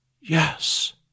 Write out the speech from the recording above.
Yes